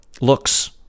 looks